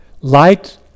Light